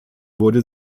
wurde